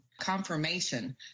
confirmation